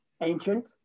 ancient